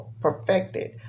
perfected